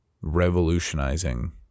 revolutionizing